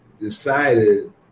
decided